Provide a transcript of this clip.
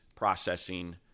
processing